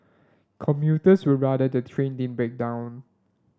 commuters would rather the train din break down